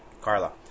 Carla